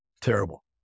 Terrible